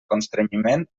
constrenyiment